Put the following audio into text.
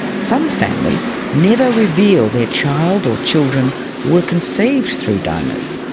some families never reveal their child or children were conceived through donors.